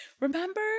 Remember